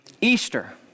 Easter